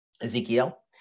Ezekiel